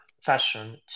fashion